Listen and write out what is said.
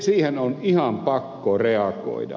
siihen on ihan pakko reagoida